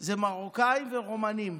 הם מרוקאים ורומנים.